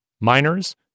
miners